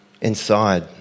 inside